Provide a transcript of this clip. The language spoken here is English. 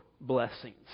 blessings